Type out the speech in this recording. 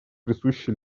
присущи